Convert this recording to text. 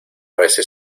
veces